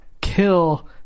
kill